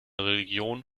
religion